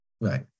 right